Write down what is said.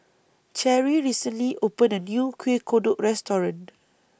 Cherrie recently opened A New Kueh Kodok Restaurant